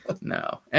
No